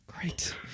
great